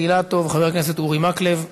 חבר הכנסת אורי מקלב,